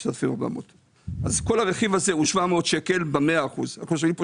כל הרכיב הזה הוא 700 שקלים ב-100 אחוזים.